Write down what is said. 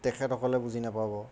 তেখেতসকলে বুজি নাপাব